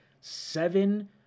seven